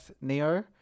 Neo